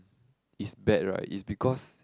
is bad right is because